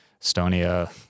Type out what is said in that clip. Estonia